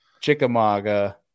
Chickamauga